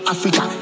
Africa